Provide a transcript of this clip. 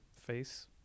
face